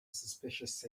suspicious